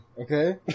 okay